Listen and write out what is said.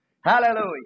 Hallelujah